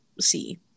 see